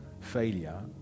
Failure